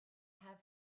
have